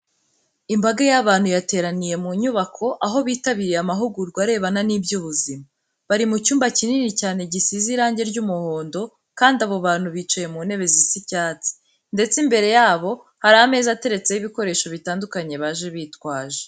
Imbaga y'abantu yateraniye mu nyubako, aho bitabiriye amahugurwa arebana n'iby'ubuzima. Bari mu cyumba kinini cyane gisize irange ry'umuhondo kandi abo bantu bicaye mu ntebe zisa icyatsi, ndetse imbere yabo hari ameza ateretseho ibikoresho bitandukanye baje bitwaje.